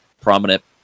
prominent